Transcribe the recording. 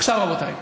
עכשיו, רבותיי,